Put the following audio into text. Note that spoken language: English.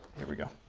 here we go.